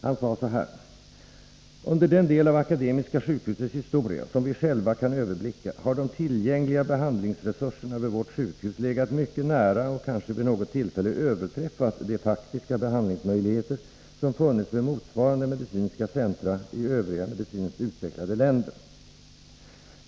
Han sade så här: ”Under den del av Akademiska sjukhusets historia, som vi själva kan överblicka har de tillgängliga behandlingsresurserna vid vårt sjukhus legat mycket nära och kanske vid något tillfälle överträffat de faktiska behandlingsmöjligheter, som funnits vid motsvarande medicinska centra i övriga medicinskt utvecklade länder.